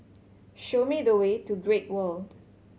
show me the way to Great World